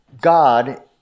God